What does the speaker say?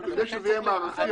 אבל בכדי שזה יהיה מערכתי,